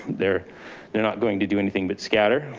they're they're not going to do anything but scatter,